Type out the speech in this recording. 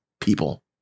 people